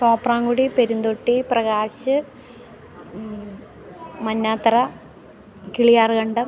Thopramkudy Perunthotti Prakash Mannathara Kiliyarkandam